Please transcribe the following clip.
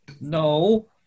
No